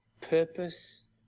purpose